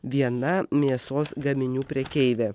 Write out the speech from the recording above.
viena mėsos gaminių prekeivė